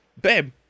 babe